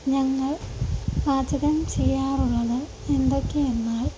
ഞങ്ങൾ പാചകം ചെയ്യാറുള്ളത് എന്തൊക്കെയെന്നാൽ